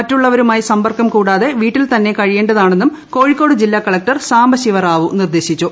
മറ്റുള്ളവരുമായി സമ്പർക്കം കൂടാതെ വീട്ടിൽ തന്നെ കഴിയേണ്ടതാണെന്നും കോഴിക്കോട് ജില്ലാ കലക്ടർ സാംബശിവ റാവു നിർദേശിച്ചു